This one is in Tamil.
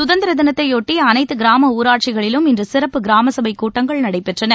சுதந்திர தினத்தையொட்டி அனைத்து கிராம ஊராட்சிகளிலும் இன்று சிறப்பு கிராம சபப கூட்டங்கள் நடைபெற்றன